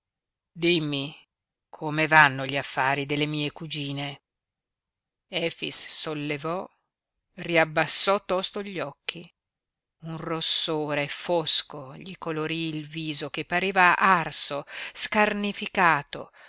dimmi come vanno gli affari delle mie cugine efix sollevò riabbassò tosto gli occhi un rossore fosco gli colorí il viso che pareva arso scarnificato